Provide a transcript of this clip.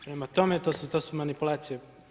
Prema tome, to su manipulacije.